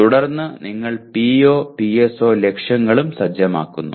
തുടർന്ന് നിങ്ങൾ POPSO ലക്ഷ്യങ്ങളും സജ്ജമാക്കുന്നു